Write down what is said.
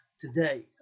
today